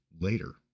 later